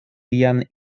lian